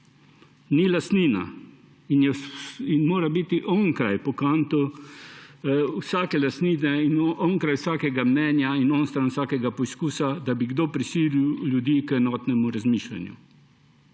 Ni lastnina in mora biti onkraj, po Kantu, vsake lastnine, onkraj vsakega mnenja in onstran vsakega poizkusa, da bi kdo prisilil ljudi k enotnemu razmišljanju.